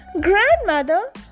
Grandmother